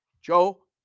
Joe